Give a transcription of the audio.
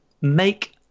make